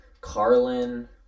Carlin